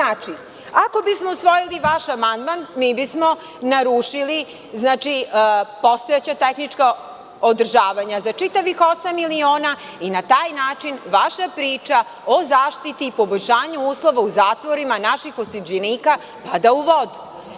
Ako bismo usvojili vaš amandman mi bismo narušili postojeća tehnička održavanja za čitavih osam miliona i na taj način vaša priča o zaštiti i poboljšanju uslova u zatvorima naših osuđenika pada u vodu.